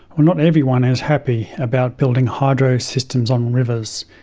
not everyone is happy about building hydro systems on rivers.